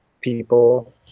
people